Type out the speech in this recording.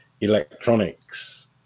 electronics